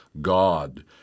God